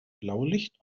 blaulicht